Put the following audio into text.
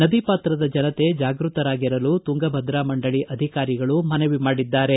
ನದಿಪಾತ್ರದ ಜನತೆ ಜಾಗ್ಯತರಾಗಿರಲು ತುಂಗಭದ್ರ ಮಂಡಳಿ ಅಧಿಕಾರಿಗಳು ಮನವಿ ಮಾಡಿದ್ದಾರೆ